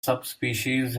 subspecies